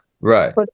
right